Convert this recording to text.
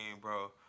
bro